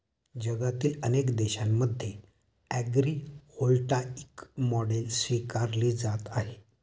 जगातील अनेक देशांमध्ये ॲग्रीव्होल्टाईक मॉडेल स्वीकारली जात आहे